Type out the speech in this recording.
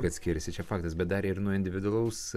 kad skiriasi čia faktas bet dar ir nuo individualaus